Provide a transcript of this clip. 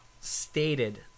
stated